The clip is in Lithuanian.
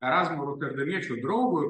erazmo roterdamiečio draugo